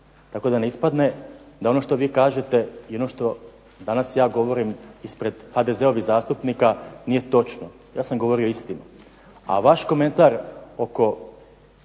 Tako da ne ispadne da ono što vi kažete i ono što danas ja govorim ispred HDZ-ovih zastupnika nije točno. Ja sam govorio istinu. A vaš komentar oko